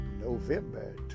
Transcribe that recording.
November